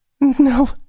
No